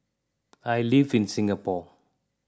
I live in Singapore